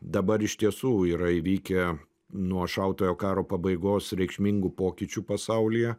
dabar iš tiesų yra įvykę nuo šaltojo karo pabaigos reikšmingų pokyčių pasaulyje